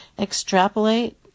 extrapolate